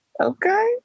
okay